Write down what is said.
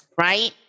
right